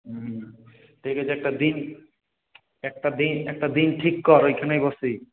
হ্যাঁ ঠিক আছে একটা দিন একটা দিন একটা দিন ঠিক কর ওইখানেই বসি